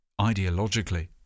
ideologically